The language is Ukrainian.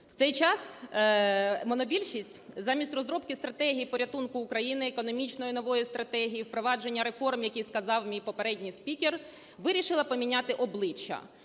В цей час монобільшість замість розробки стратегій порятунку України, економічної нової стратегії, впровадження реформ, як і сказав мій попередній спікер, вирішила поміняти обличчя